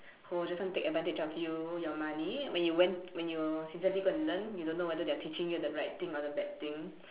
who will just take advantage of you your money when you went when you sincerely go and learn you don't know whether they are teaching you the right thing or the bad thing